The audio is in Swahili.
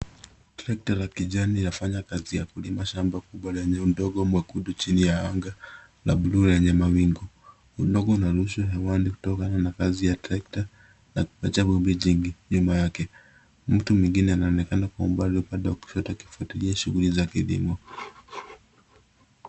Trekta la kijani lafanya kazi ya kulima shamba kubwa lenye udongo nyekundu chini ya anga la buluu lenye mawingu. Udongo unarushwa hewani kutokana na kazi ya trekta na mchanga mwingi nyuma yake. Mtu mwingine anaonekana kwa umbali upande wa kushoto akifuatilia shughuli za kilimo.